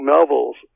Melville's